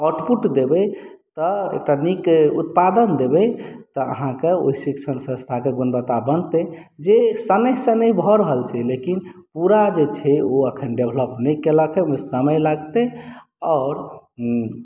output देबै तऽ एकटा नीक उत्पादन देबै तऽ अहाँके ओहि शिक्षण संस्थाके गुणवत्ता बढ़तै जे शनैः शनैः भऽ रहल छै लेकिन पूरा जे छै ओ एखन डेवलप नहि कयलक हे ओहिमे एखन समय लगतै आओर